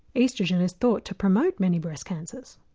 oestrogen is thought to promote many breast cancers.